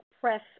press